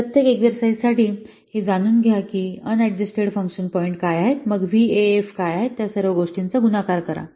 प्रत्येक एक्सरसाईज साठी हे जाणून घ्या की अन अडजस्टेड फंक्शन पॉईंट काय आहे मग व्हीएएफ काय आहेत त्या सर्व गोष्टी चा गुणाकार करा